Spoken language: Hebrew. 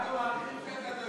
אנחנו מעריכים שאתה דואג,